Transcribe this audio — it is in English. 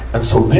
and so,